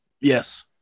Yes